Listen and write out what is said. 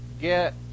get